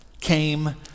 came